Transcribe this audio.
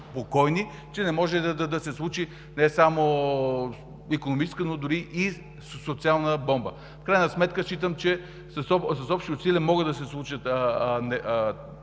че не може да се случи не само икономическа, но дори и социална бомба. В крайна сметка считам, че с общи усилия могат да се случат